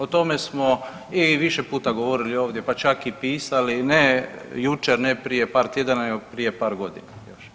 O tome smo i više puta govorili ovdje pa čak i pisali ne jučer, ne prije par tjedana nego prije par godina još.